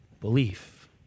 belief